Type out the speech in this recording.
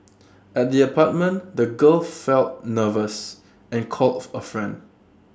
at the apartment the girl felt nervous and called of A friend